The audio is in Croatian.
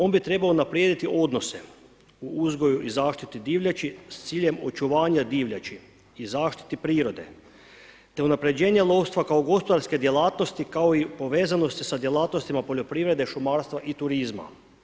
On bi trebao unaprijediti odnose u uzgoju i zaštiti divljači s ciljem očuvanja divljači i zaštiti prirode, te unapređenja lovstva kao gospodarske djelatnosti, kao i povezanosti sa djelatnostima poljoprivrede, šumarstva i turizma.